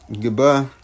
goodbye